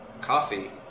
coffee